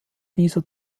dieser